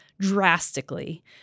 drastically